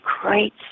great